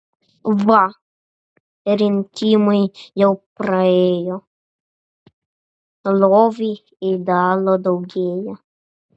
va rinkimai jau praėjo lovy ėdalo daugėja